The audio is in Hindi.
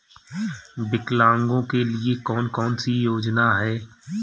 विकलांगों के लिए कौन कौनसी योजना है?